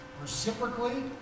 reciprocally